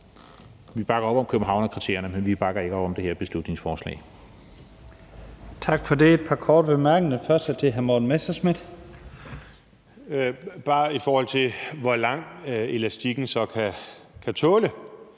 bakker vi op om Københavnskriterierne, men vi bakker ikke op om det her beslutningsforslag.